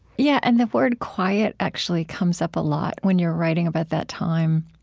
yeah, and the word quiet actually comes up a lot when you're writing about that time.